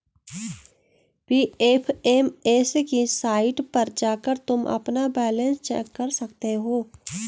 PFMS की site पर जाकर तुम अपना बैलन्स चेक कर सकते हो